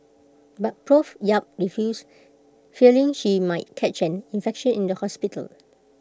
but Prof yap refused fearing she might catching infection in the hospital